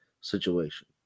situation